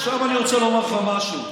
עכשיו, אני רוצה לומר לך משהו.